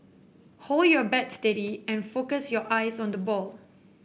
hold your bat steady and focus your eyes on the ball